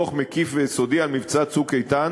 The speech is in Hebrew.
דוח מקיף ויסודי על מבצע "צוק איתן",